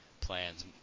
plans